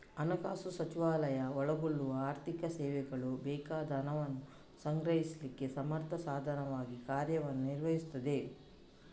ಹಣಕಾಸು ಸಚಿವಾಲಯ ಒಳಗೊಳ್ಳುವ ಆರ್ಥಿಕ ಸೇವೆಗಳು ಬೇಕಾದ ಹಣವನ್ನ ಸಂಗ್ರಹಿಸ್ಲಿಕ್ಕೆ ಸಮರ್ಥ ಸಾಧನವಾಗಿ ಕಾರ್ಯವನ್ನ ನಿರ್ವಹಿಸ್ತದೆ